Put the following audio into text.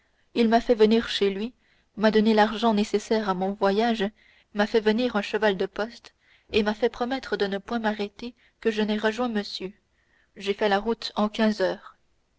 il m'a fait venir chez lui m'a donné l'argent nécessaire à mon voyage m'a fait venir un cheval de poste et m'a fait promettre de ne point m'arrêter que je n'aie rejoint monsieur j'ai fait la route en quinze heures